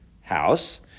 house